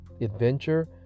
adventure